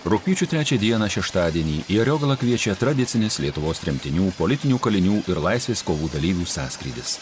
rugpjūčio trečią dieną šeštadienį į ariogalą kviečia tradicinis lietuvos tremtinių politinių kalinių ir laisvės kovų dalyvių sąskrydis